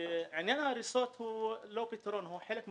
עניין ההריסות הוא לא הפתרון אלא הוא חלק מהבעיה.